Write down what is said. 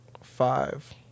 five